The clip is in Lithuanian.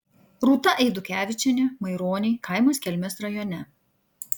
rūta eidukevičienė maironiai kaimas kelmės rajone